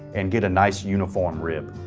and get a nice uniform rib.